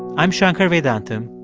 i'm shankar vedantam.